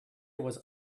was